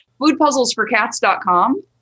foodpuzzlesforcats.com